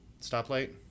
stoplight